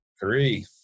Three